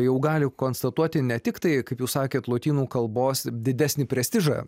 jau gali konstatuoti ne tik tai kaip jūs sakėt lotynų kalbos didesnį prestižą